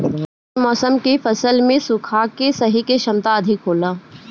ये मौसम के फसल में सुखा के सहे के क्षमता अधिका होला